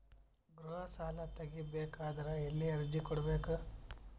ಗೃಹ ಸಾಲಾ ತಗಿ ಬೇಕಾದರ ಎಲ್ಲಿ ಅರ್ಜಿ ಕೊಡಬೇಕು?